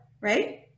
right